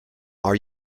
are